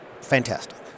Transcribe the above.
fantastic